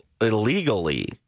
illegally